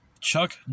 Chuck